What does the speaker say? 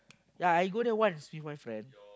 ya I go there once with my friend